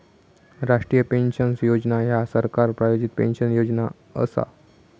राष्ट्रीय पेन्शन योजना ह्या सरकार प्रायोजित पेन्शन योजना असा